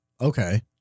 Okay